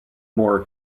more